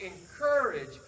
encourage